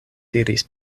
diris